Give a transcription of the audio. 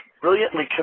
brilliantly